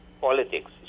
politics